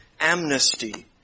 amnesty